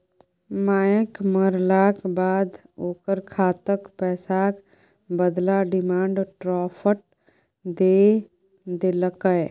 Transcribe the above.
मायक मरलाक बाद ओकर खातक पैसाक बदला डिमांड ड्राफट दए देलकै